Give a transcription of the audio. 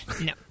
No